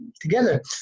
together